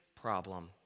problem